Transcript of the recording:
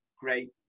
great